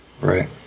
right